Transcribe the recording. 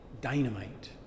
Dynamite